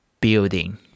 building